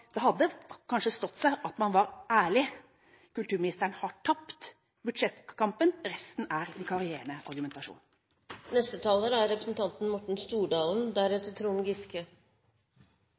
Man hadde kanskje stått seg på at man var ærlig. Kulturministeren har tapt budsjettkampen. Resten er vikarierende argumentasjon. Jeg kan hilse Arbeiderpartiets representanter og si at denne regjeringen er